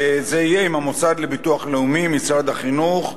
וזה יהיה עם המוסד לביטוח לאומי, משרד החינוך,